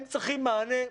הם צריכים מענה,